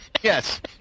yes